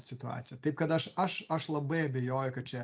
situacija taip kad aš aš aš labai abejoju kad čia